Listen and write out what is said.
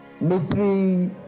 Mystery